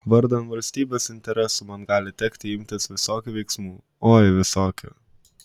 vardan valstybės interesų man gali tekti imtis visokių veiksmų oi visokių